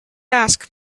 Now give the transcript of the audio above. ask